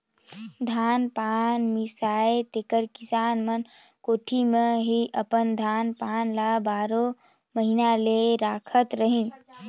धान पान मिसाए तेकर किसान मन कोठी मे ही अपन धान पान ल बारो महिना ले राखत रहिन